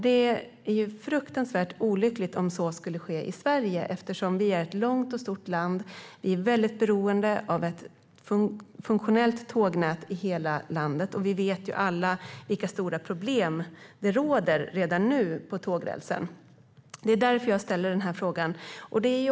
Det är fruktansvärt olyckligt om det skulle ske i Sverige eftersom Sverige är ett långt och stort land. Vi är mycket beroende av ett funktionellt tågnät i hela landet. Vi vet alla vilka stora problem som finns redan nu i fråga om tågrälsen. Det är därför jag ställer denna fråga.